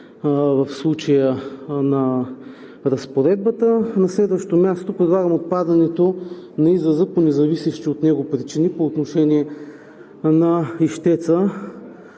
в случая на разпоредбата. На следващо място, предлагам отпадането на израза „по независещи от него причини“ по отношение на ищеца,